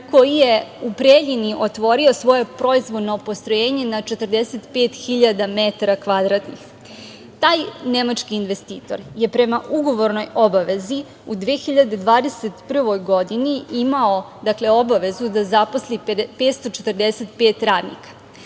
koji je u Preljini otvorio svoje proizvodno postrojenje na 45 hiljada metara kvadratnih. Taj nemački investitor je prema ugovornoj obavezi u 2021. godini imao obavezu da zaposli 545 radnika.